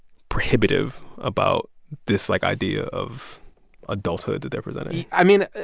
prohibitive about this, like, idea of adulthood that they're presenting i mean,